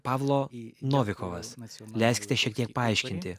pavlo novikovas leiskite šiek tiek paaiškinti